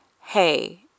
hey